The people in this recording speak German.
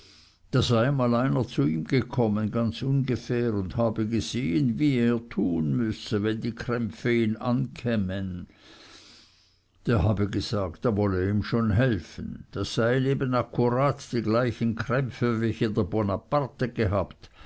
einmal einer zu ihm gekommen ganz ungefähr und habe gesehen wie er tun müsse wenn die krämpfe ihn ankämen der habe gesagt er wolle ihm schon helfen das seien eben akkurat die gleichen krämpfe welche der bonaparte gehabt